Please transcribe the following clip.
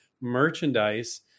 merchandise